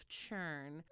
churn